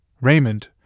Raymond